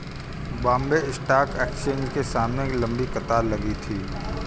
Bombay stock exchange के सामने लंबी कतार लगी थी